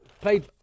played